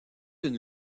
une